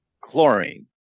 Chlorine